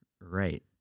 Right